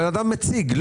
האדם מציג את הפנייה.